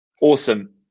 Awesome